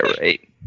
right